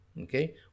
okay